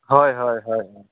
ᱦᱚᱭ ᱦᱚᱭ ᱦᱚᱭ